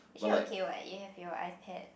actually okay what you have your iPad